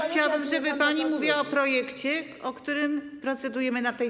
Chciałabym, żeby pani mówiła o projekcie, nad którym procedujemy na tej sali.